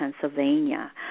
Pennsylvania